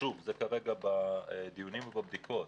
שוב, זה כרגע בדיונים ובבדיקות.